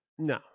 No